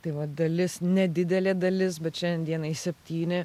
tai va dalis nedidelė dalis bet šiandienai septyni